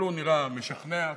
אבל הוא נראה משכנע,